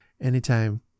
Anytime